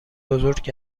بزرگ